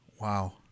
wow